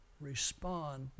Respond